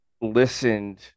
listened